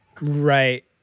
Right